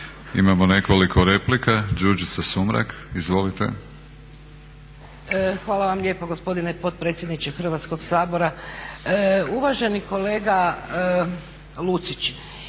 Imamo nekoliko replika, Đurđica Sumrak, izvolite. **Sumrak, Đurđica (HDZ)** Hvala vam lijepo gospodine potpredsjedniče Hrvatskoga sabora. Uvaženi kolega Lucić,